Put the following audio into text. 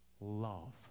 Love